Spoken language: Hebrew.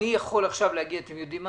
אני יכול עכשיו להגיד: נחכה,